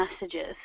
messages